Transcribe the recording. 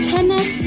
Tennis